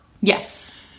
Yes